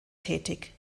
tätig